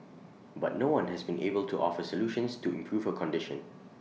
but no one has been able to offer solutions to improve her condition